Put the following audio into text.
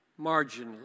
marginally